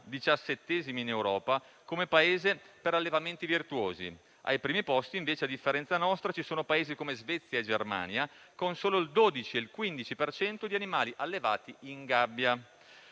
diciassettesimo Paese in Europa per allevamenti virtuosi; ai primi posti, invece, a differenza nostra, ci sono Paesi come Svezia e Germania, con solo il 12 e il 15 per cento di animali allevati in gabbia.